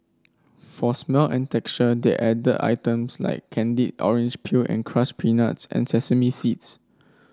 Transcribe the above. for smell and texture they added items like candied orange peel and crushed peanuts and sesame seeds